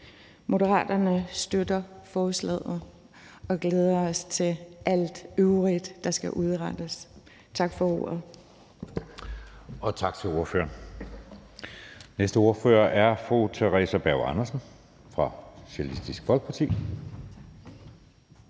Moderaterne støtter forslaget, og vi glæder os til alt øvrigt, der skal udrettes. Tak for ordet. Kl. 15:27 Anden næstformand (Jeppe Søe): Tak til ordføreren. Næste ordfører er fru Theresa Berg Andersen fra Socialistisk Folkeparti.